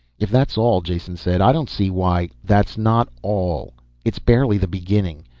if that's all, jason said, i don't see why that's not all it's barely the beginning.